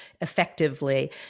effectively